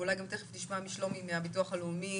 ואולי גם תיכף נשמע משלומי מהביטוח הלאומי,